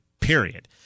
period